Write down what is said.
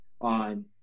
on